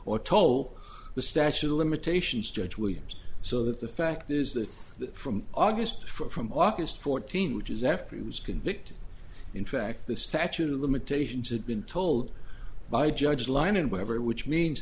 or toll the statute of limitations judge williams so that the fact is that from august for from august fourteenth which is after he was convicted in fact the statute of limitations had been told by judge line and whatever which means